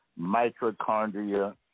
Mitochondria